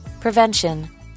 Prevention